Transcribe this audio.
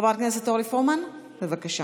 חברת הכנסת פרומן, בבקשה.